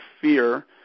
fear